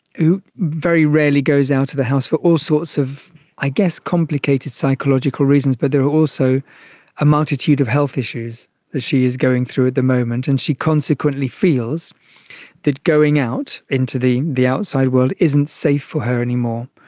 who very rarely goes out of the house for all sorts of i guess complicated psychological reasons, but there are also a multitude of health issues that she is going through at the moment, and she consequently feels that going out into the the outside world isn't safe for her anymore,